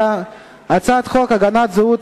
הצעת חוק הגנת זהות